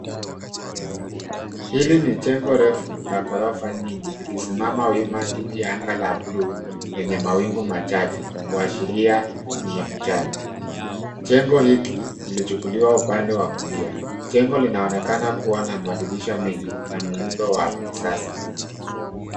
Hili ni jengo refu la ghorofa nyingi likisimama wima chini ya anga la buluu lenye mawi gu machache kuashiria ni mchana. Jengo hiki kilichukuliwa upande wa kulia. Jengo linaonekana kuwa na madirisha mengi na muundo wa kisasa.